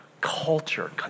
culture